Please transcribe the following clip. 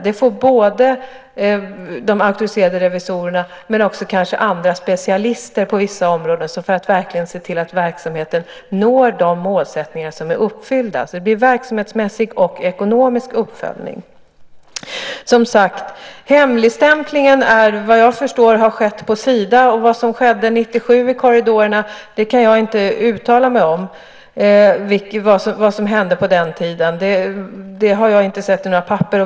Det får vara både auktoriserade revisorer och andra specialister på vissa områden för att verkligen se till att verksamheten uppfyller målsättningarna. Det blir verksamhetsmässig och ekonomisk uppföljning. Hemligstämplingen har, såvitt jag förstår, skett på Sida. Vad som skedde i korridorerna 1997 kan jag inte uttala mig om. Jag har inte sett i några papper vad som hände på den tiden.